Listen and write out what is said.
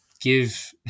give